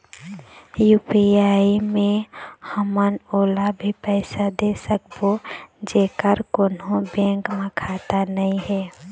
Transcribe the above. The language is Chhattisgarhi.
यू.पी.आई मे हमन ओला भी पैसा दे सकबो जेकर कोन्हो बैंक म खाता नई हे?